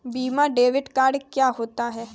Visa debit card क्या होता है?